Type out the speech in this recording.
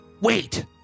Wait